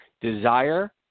Desire